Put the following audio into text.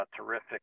terrific